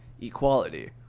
equality